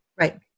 Right